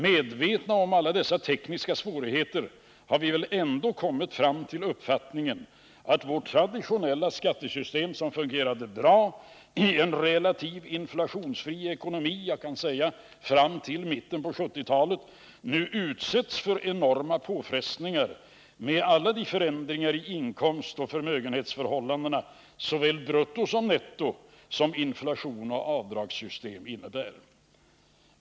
Medvetna om alla dessa tekniska svårigheter har vi väl ändå kommit fram till uppfattningen att vårt traditionella skattesystem, som fungerat bra i en relativt inflationsfri ekonomi — låt mig säga fram till mitten på 1970-talet — nu utsätts för enorma påfrestningar med alla de förändringar i inkomstoch förmögenhetsförhållandena såväl brutto som netto som inflation och avdragssystem innebär.